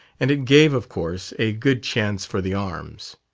and it gave, of course, a good chance for the arms.